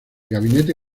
gabinete